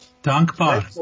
Dankbar